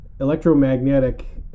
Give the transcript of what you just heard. electromagnetic